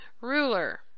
ruler